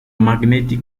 magnetic